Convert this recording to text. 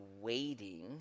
waiting